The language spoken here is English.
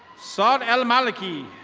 son almalacki.